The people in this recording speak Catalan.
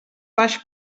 baix